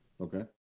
Okay